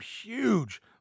huge